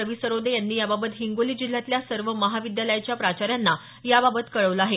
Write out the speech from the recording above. रवी सरोदे यांनी याबाबत हिंगोली जिल्ह्यातल्या सर्व महाविद्यालयांच्या प्राचार्यांना याबाबत कळवलं आहे